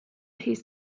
his